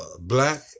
black